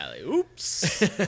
Oops